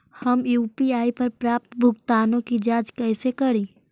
हम यु.पी.आई पर प्राप्त भुगतानों के जांच कैसे करी?